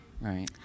Right